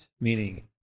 meaning